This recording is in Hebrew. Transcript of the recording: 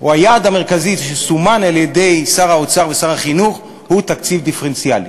או היעד המרכזי שסומן על-ידי שר האוצר ושר החינוך הוא תקציב דיפרנציאלי.